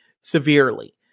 severely